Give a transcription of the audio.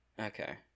Okay